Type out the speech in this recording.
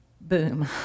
boom